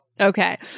Okay